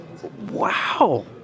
Wow